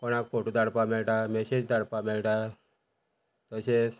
कोणाक फोटो धाडपा मेळटा मॅसेज धाडपा मेळटा तशेंच